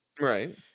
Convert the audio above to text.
Right